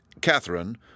Catherine